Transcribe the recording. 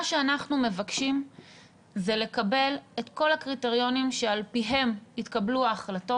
מה שאנחנו מבקשים זה לקבל את כל הקריטריונים שעל פיהם התקבלו ההחלטות.